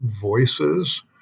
voices